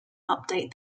update